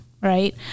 right